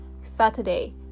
Saturday